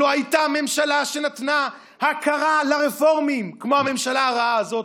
לא הייתה ממשלה שנתנה הכרה לרפורמים כמו הממשלה הרעה הזאת.